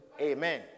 Amen